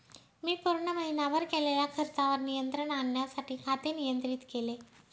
मी पूर्ण महीनाभर केलेल्या खर्चावर नियंत्रण आणण्यासाठी खाते नियंत्रित केले